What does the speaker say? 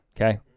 Okay